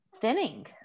thinning